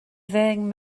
ddeng